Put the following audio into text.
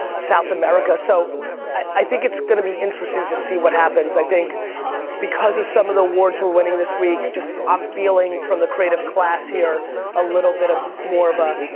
south america. so i think it's gonna be interesting to see what happens. i think because of some of the awards we're winning this week, just, i'm feeling from the creative class here a little bit of more of a,